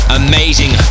amazing